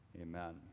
amen